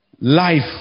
life